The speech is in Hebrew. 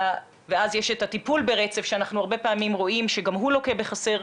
ואז יש את הטיפול ברצף שהרבה פעמים אנחנו רואים שגם הוא לוקה בחסר,